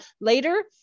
later